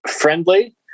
friendly